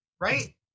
right